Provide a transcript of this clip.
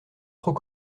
trop